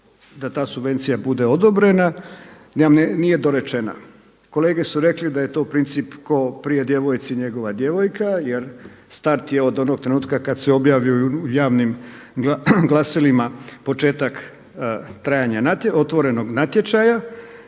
da ta subvencija bude odobrena nije dorečena. Kolege su rekli da je to princip tko prije djevojci njegova djevojka, jer start je od onog trenutka kad se objavi u javnim glasilima početak trajanja otvorenog natječaja.